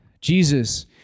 Jesus